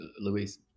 Luis